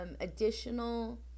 additional